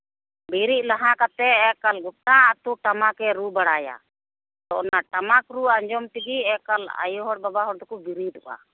ᱵᱮᱨᱮᱫ ᱞᱟᱦᱟ ᱠᱟᱛᱮᱫ ᱮᱠᱟᱞ ᱜᱚᱴᱟ ᱟᱹᱛᱩ ᱴᱟᱢᱟᱠᱮ ᱨᱩ ᱵᱟᱲᱟᱭᱟ ᱟᱫᱚ ᱚᱱᱟ ᱴᱟᱢᱟᱠ ᱨᱩ ᱟᱸᱡᱚᱢ ᱛᱮᱜᱮ ᱮᱠᱟᱞ ᱟᱭᱳ ᱦᱚᱲ ᱵᱟᱵᱟ ᱦᱚᱲ ᱫᱚᱠᱚ ᱵᱮᱨᱮᱫᱚᱜᱼᱟ